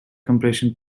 compression